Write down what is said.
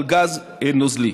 על גז נוזלי.